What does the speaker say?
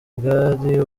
bwari